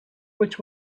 which